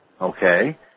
Okay